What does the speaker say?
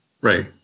Right